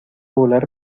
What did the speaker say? volar